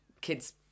kids